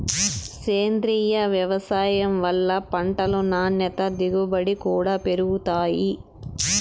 సేంద్రీయ వ్యవసాయం వల్ల పంటలు నాణ్యత దిగుబడి కూడా పెరుగుతాయి